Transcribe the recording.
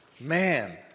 Man